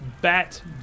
bat